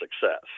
success